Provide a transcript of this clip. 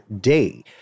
day